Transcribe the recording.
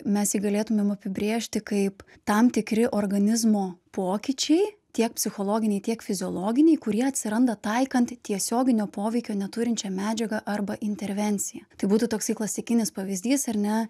mes jį galėtumėm apibrėžti kaip tam tikri organizmo pokyčiai tiek psichologiniai tiek fiziologiniai kurie atsiranda taikant tiesioginio poveikio neturinčią medžiagą arba intervenciją tai būtų toksai klasikinis pavyzdys ar ne